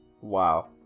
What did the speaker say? wow